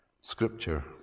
Scripture